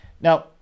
Now